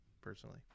personally